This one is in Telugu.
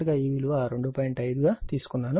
5 తీసుకున్నాను